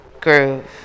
Groove